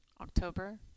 October